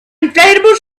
inflatable